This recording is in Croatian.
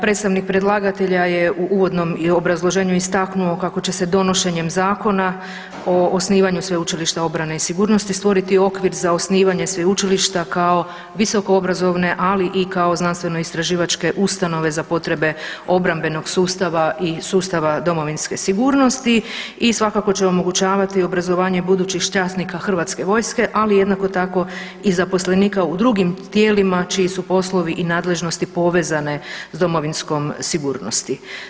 Predstavnik predlagatelja je u uvodnom i obrazloženju istaknuo kako će se donošenjem Zakona o osnivanju Sveučilišta obrane i sigurnosti stvoriti okvir za osnivanje Sveučilišta kao visokoobrazovne, ali i kao znanstveno-istraživačke ustanove za potrebe obrambenog sustava i sustava domovinske sigurnosti i svakako će omogućavati i obrazovanje i budućih časnika HV-a, ali i jednako tako i zaposlenika u drugim tijelima čiji su poslovi i nadležnosti povezane s domovinskom sigurnosti.